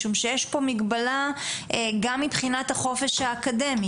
משום שיש פה מגבלה גם מבחינת החופש האקדמי,